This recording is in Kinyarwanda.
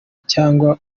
cyangwa